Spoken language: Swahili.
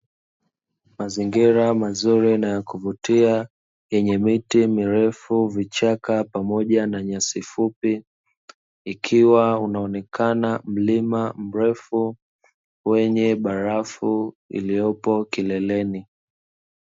Mazingira mazuri na ya kuvutia yenye miti mirefu vichaka pamoja na nyasi fupi, ikiwa unaonekana mlima mrefu wenye barafu iliyopo kileleni.